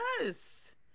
Yes